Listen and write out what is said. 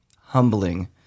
humbling